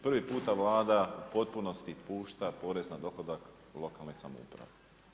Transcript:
Prvi puta Vlada u potpunosti pušta porez na dohodak lokalnoj samoupravi.